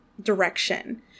direction